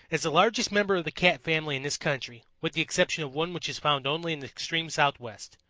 is the largest member of the cat family in this country, with the exception of one which is found only in the extreme southwest.